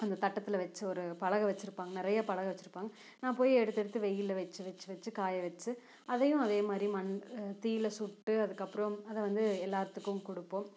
அந்த தட்டத்தில் வச்சு ஒரு பலகை வச்சுருப்பாங்க நிறைய பலகை வச்சுருப்பாங்க நான் போய் எடுத்து எடுத்து வெயிலில் எடுத்து வச்சு வச்சு வச்சு காய வச்சு அதையும் அதே மாதிரி தீயில் சுட்டு அதுக்கப்புறம் அதை வந்து எல்லாத்துக்கும் கொடுப்போம்